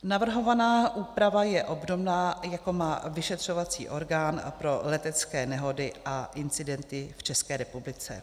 Navrhovaná úprava je obdobná, jako má vyšetřovací orgán pro letecké nehody a incidenty v České republice.